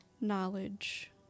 Knowledge